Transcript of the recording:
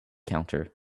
counter